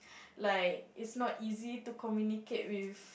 like it's not easy to communicate with